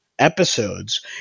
Episodes